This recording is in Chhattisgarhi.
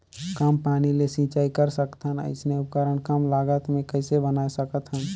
कम पानी ले सिंचाई कर सकथन अइसने उपकरण कम लागत मे कइसे बनाय सकत हन?